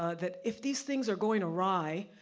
ah that if these things are going awry,